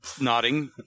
Nodding